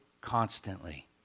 constantly